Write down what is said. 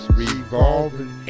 revolving